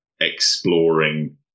exploring